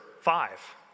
five